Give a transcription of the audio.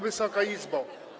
Wysoka Izbo!